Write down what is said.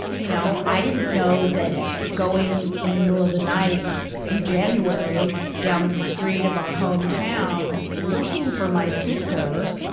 you know. i didn't know that going in the middle of the night in january down the street of our home town, looking for my sister,